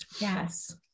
Yes